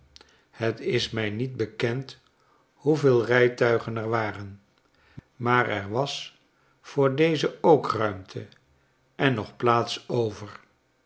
he is mij niet bekend hoeveel rijtuigen er waren maar er was voor deze ook ruimte en nog plaats over